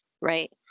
right